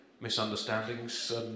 misunderstandings